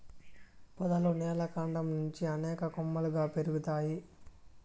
పొదలు నేల కాండం నుంచి అనేక కొమ్మలుగా పెరుగుతాయి